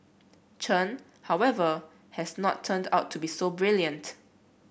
Chen however has not turned out to be so brilliant